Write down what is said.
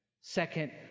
second